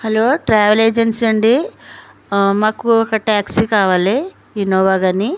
hello travel agency అండి మాకు ఒక టాక్సీ కావాలి ఇనోవా కానీ